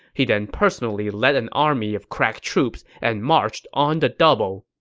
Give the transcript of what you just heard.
he then personally led an army of crack troops and marched on the double.